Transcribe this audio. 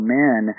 men